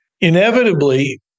inevitably